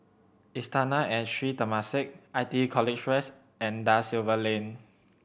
Istana and Sri Temasek I T E College West and Da Silva Lane